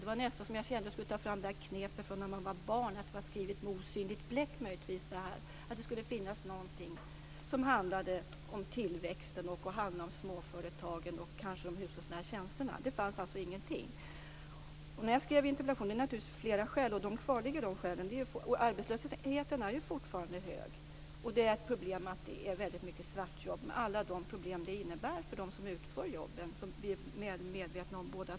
Det var nästan som jag skulle ta till det knep man hade när man var barn, att det var skrivet med osynligt bläck, att det skulle ändå finnas någonting som handlade om tillväxten, småföretagen och de hushållsnära tjänsterna. Men det fanns alltså ingenting. Jag skrev interpellationen av flera skäl, och de skälen kvarstår. Arbetslösheten är fortfarande hög. Det är problem med att det är väldigt mycket svartjobb, med alla de problem som det innebär för dem som utför jobben och som vi är medvetna om båda två.